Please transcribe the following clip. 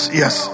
yes